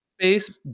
space